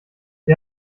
sie